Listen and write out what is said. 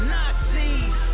Nazis